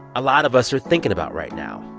a lot of us are thinking about right now.